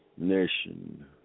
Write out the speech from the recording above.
nation